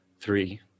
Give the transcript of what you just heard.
three